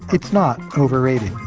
it's not overrated